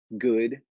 good